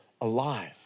alive